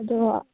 ꯑꯗꯣ